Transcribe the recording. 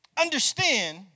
understand